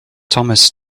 thomas